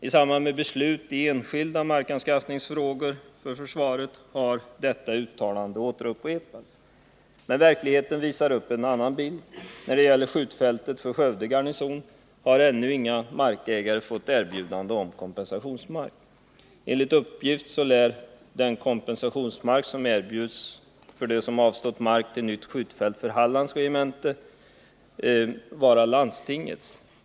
I samband med beslut i enskilda markanskaffningsfrågor för försvaret har detta uttalande återupprepats. Men verkligheten visar upp en annan bild. När det gäller skjutfältet för Skövde garnison har ännu inga markägare fått erbjudande om kompensationsmark. Enligt uppgift lär den kompensationsmark som erbjudits dem som avstått mark till nytt skjutfält för Hallands regemente vara landstingets.